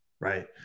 right